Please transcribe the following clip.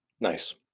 Nice